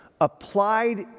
applied